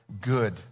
good